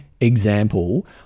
example